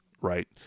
right